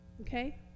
Okay